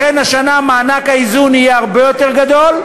לכן, השנה מענק האיזון יהיה הרבה יותר גדול,